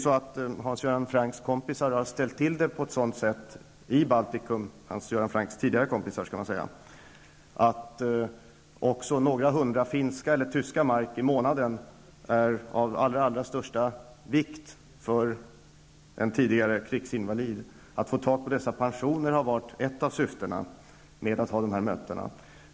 Men Hans Göran Francks kompisar -- eller rättare sagt Hans Göran Francks tidigare kompisar -- har ju ställt till det på ett sådant sätt i Baltikum att också några hundra finska eller tyska mark i månaden är av allra största vikt för en krigsinvalid. Att få tag på sådana pensioner har varit ett av syftena med dessa möten.